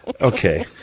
Okay